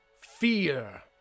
fear